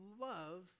love